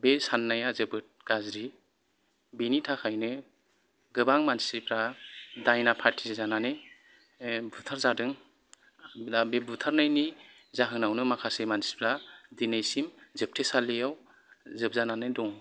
बे साननाया जोबोत गाज्रि बेनि थाखायनो गोबां मानसिफ्रा दायना फाथिजानानै बुथारजादों दा बे बुथारनायनि जाहोनावनो माखासे मानसिफोरा दिनैसिम जोबथेसालियाव जोबजानानै दं